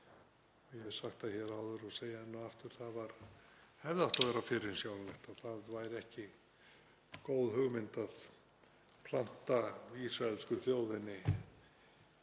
Ég hef sagt það hér áður og segi enn og aftur að það hefði átt að vera fyrirsjáanlegt að það væri ekki góð hugmynd að planta ísraelsku þjóðinni